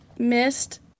Missed